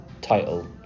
title